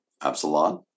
Absalom